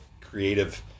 creative